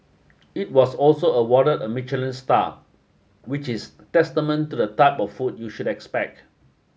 it was also awarded a Michelin Star which is testament to the type of food you should expect